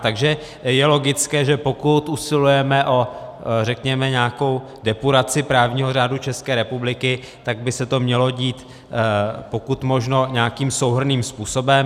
Takže je logické, že pokud usilujeme, řekněme, o nějakou depuraci právního řádu České republiky, tak by se to mělo dít pokud možno nějakým souhrnným způsobem.